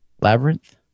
Labyrinth